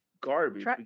garbage